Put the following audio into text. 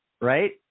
right